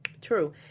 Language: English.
True